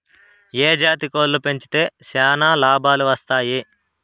ఏ జాతి కోళ్లు పెంచితే చానా లాభాలు వస్తాయి?